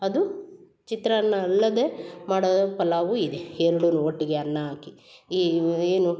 ಅದು ಚಿತ್ರಾನ್ನ ಅಲ್ಲದೆ ಮಾಡೋ ಪಲಾವು ಇದೆ ಎರಡೂನು ಒಟ್ಟಿಗೆ ಅನ್ನ ಹಾಕಿ ಈ ಏನು